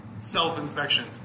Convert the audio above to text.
self-inspection